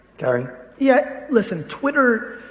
gary. yeah, listen. twitter.